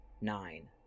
Nine